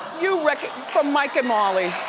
you reckon, from mike and molly.